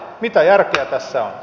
mitä järkeä tässä on